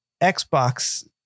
Xbox